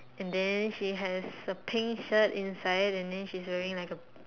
and then she has a pink shirt inside and then she is wearing like A